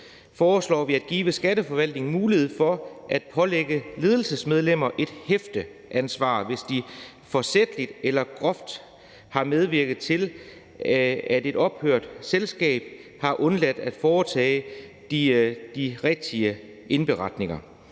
foreslår vi at give Skatteforvaltningen mulighed for at pålægge ledelsesmedlemmer et hæfteansvar, hvis de forsætligt eller groft har medvirket til, at et ophørt selskab har undladt at foretage de rigtige indberetninger.